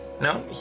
No